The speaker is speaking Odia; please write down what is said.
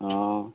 ହଁ